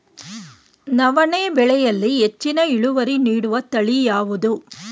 ನವಣೆ ಬೆಳೆಯಲ್ಲಿ ಹೆಚ್ಚಿನ ಇಳುವರಿ ನೀಡುವ ತಳಿ ಯಾವುದು?